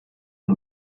und